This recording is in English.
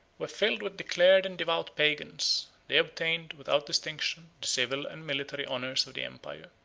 were filled with declared and devout pagans they obtained, without distinction, the civil and military honors of the empire.